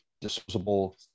disposable